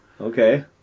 Okay